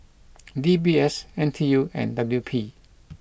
D B S N T U and W P